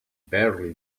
barely